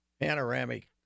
panoramic